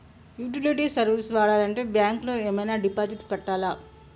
Utility service వాడాలంటే bank లో ఏమైనా డిపాజిట్ కట్టాలా?